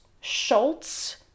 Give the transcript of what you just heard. Schultz